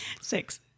Six